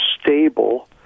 stable